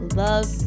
love